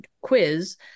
quiz